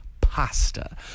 pasta